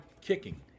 kicking